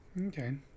Okay